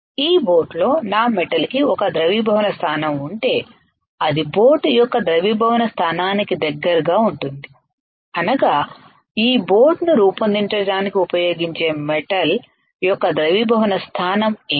ఈ బోట్లో నా మెటల్ కి ఒక ద్రవీభవన స్థానం ఉంటే అది బోట్ యొక్క ద్రవీభవన స్థానానికి దగ్గరగా ఉంటుంది అనగా ఈ బోట్ ను రూపొందించడానికి ఉపయోగించే మెటల్ యొక్క ద్రవీభవన స్థానం ఏమిటి